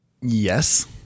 Yes